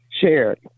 shared